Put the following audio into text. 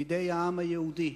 בידי העם היהודי.